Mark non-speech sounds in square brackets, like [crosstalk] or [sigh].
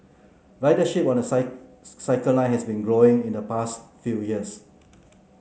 ridership on the [unintelligible] Circle Line has been growing in the past few years